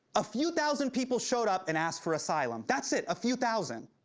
a few thousand people showed up and asked for asylum. that's it, a few thousand.